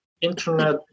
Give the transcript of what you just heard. internet